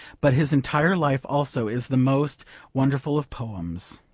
but his entire life also is the most wonderful of poems.